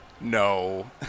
No